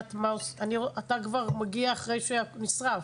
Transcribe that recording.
אתה כבר מגיע אחרי שנשרף.